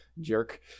jerk